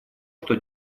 что